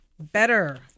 better